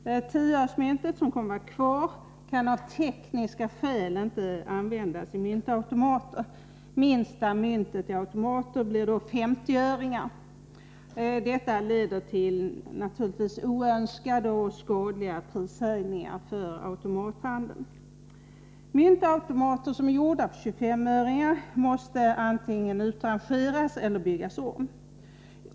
10-öresmyntet, som kommer att vara kvar, kan av tekniska skäl inte användas i myntautomater:. Minsta mynt i automaterna blir då 50-öringen. Detta leder naturligtvis till oönskade och skadliga prishöjningar för automathandeln. Myntautomater som är gjorda för 25-öringar måste antingen utrangeras eller byggas om.